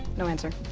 no answer.